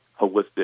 holistic